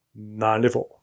94